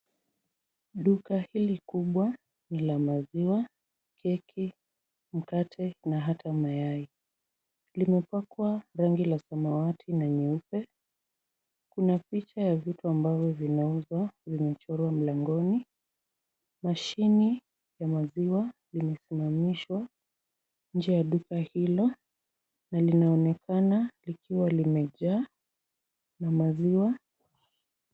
Duka hili kubwa ni la maziwa, keki, mkate na hata mayai. Limepakwa rangi la samawati na nyeupe. Kuna picha ya vitu ambavyo vinauzwa vimechorwa mlangoni. Mashine ya maziwa imesimamishwa, nje ya duka hilo linaonekana likiwa limejaa na maziwa.